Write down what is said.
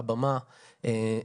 הבמה,